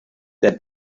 der